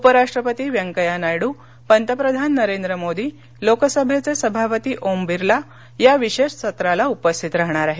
उपराष्ट्रपती व्यंकय्या नायडू पंतप्रधान नरेंद्र मोदी लोकसभेचे सभापती ओम बिर्ला या विशेष सत्राला उपस्थित राहणार आहेत